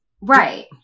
Right